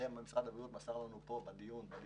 נמסר לנו ממשרד הבריאות זאב מסר לנו את זה בדיון השני